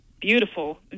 beautiful